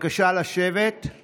משפחות יקרות,